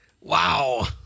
Wow